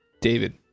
David